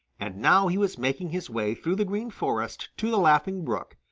and now he was making his way through the green forest to the laughing brook,